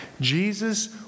Jesus